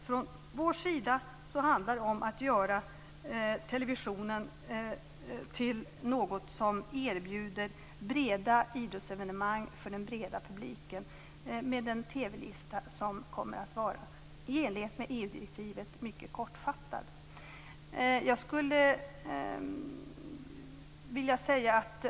Från vår sida handlar det om att televisionen skall kunna erbjuda breda idrottsevenemang för den breda publiken genom en TV-lista som kommer att vara mycket kortfattad i enlighet med EU-direktivet.